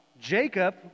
Jacob